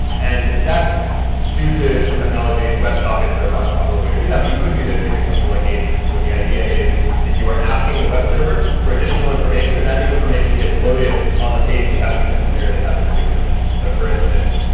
and that's due to some technology. web sockets are a but popular way to do that, but you could do this using something like ajax, where the idea is that you are asking the web server for additional information, and that new information gets loaded on the page without you necessarily having to do anything. so for instance,